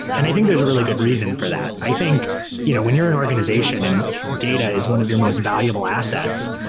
and i think there's a really good reason for that. i think you know when you're an organization and data is one of your most valuable assets,